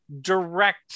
direct